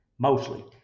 mostly